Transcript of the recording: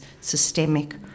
systemic